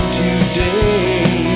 today